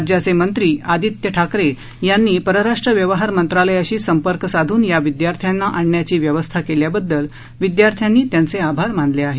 राज्याचे मंत्री आदित्य ठाकरे यांनी परराष्ट्र व्यवहार मंत्रालयाशी संपर्क साधून या विदयार्थ्यांना आणण्याची व्यवस्था केल्याबददल विद्यार्थ्यांनी त्यांचे आभार मानले आहेत